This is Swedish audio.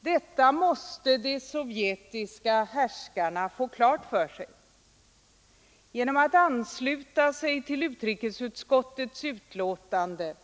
Detta måste de sovjetiska härskarna få klart för sig. Genom att ansluta sig till utrikesutskottets betänkande